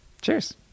Cheers